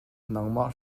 nangmah